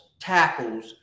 tackles